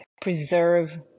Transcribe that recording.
preserve